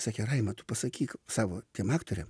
sakė raima tu pasakyk savo tiem aktoriam